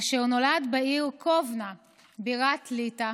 אשר נולד בעיר קובנה בירת ליטא,